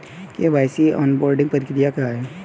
KYC onboarding प्रक्रिया क्या है?